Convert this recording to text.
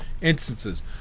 instances